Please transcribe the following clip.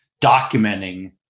documenting